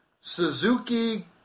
Suzuki